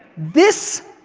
this,